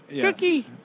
Cookie